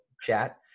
chat